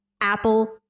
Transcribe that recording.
apple